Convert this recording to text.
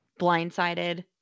blindsided